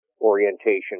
orientation